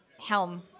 helm